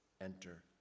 enter